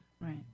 Right